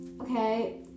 okay